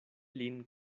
lin